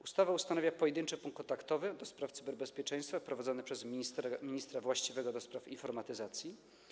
Ustawa ustanawia pojedynczy punkt kontaktowy ds. cyberbezpieczeństwa, prowadzony przez ministra właściwego do spraw informatyzacji.